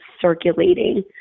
circulating